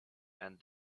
and